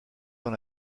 dans